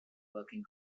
working